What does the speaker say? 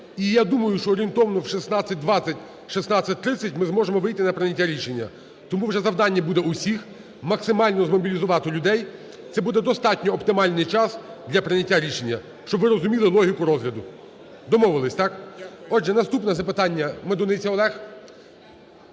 і я думаю, що орієнтовно в 16.20-16.30 ми зможемо вийти на прийняття рішення. Тому вже завдання буде в усіх максимально змобілізувати людей, це буде достатньо оптимальний час для прийняття рішення. Щоб ви розуміли логіку розгляду. Домовились, так? Отже, наступне запитання. Медуниця Олег.